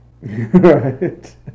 Right